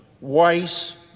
Weiss